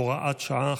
הוראת שעה,